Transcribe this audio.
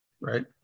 right